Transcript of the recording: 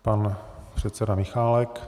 Pan předseda Michálek.